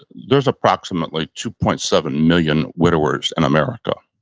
there's approximately two point seven million widowers in america.